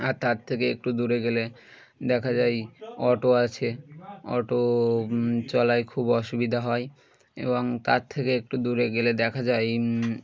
আর তার থেকে একটু দূরে গেলে দেখা যায় অটো আছে অটো চলায় খুব অসুবিধা হয় এবং তার থেকে একটু দূরে গেলে দেখা যায়